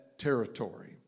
territory